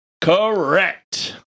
Correct